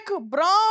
brown